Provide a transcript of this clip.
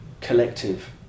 collective